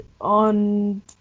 on